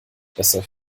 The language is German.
besser